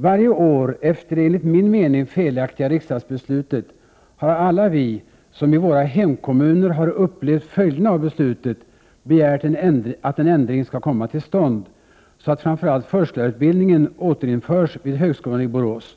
Varje år efter det enligt min mening felaktiga riksdagsbeslutet har alla vi, som i våra hemkommuner har upplevt följderna av beslutet, begärt att en ändring skall komma till stånd, så att framför allt förskollärarutbildningen återinförs vid högskolan i Borås.